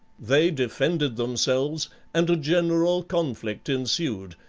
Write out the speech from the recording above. they defended themselves and a general conflict ensued,